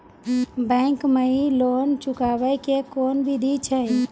Bank माई loan चुकाबे के कोन बिधि छै?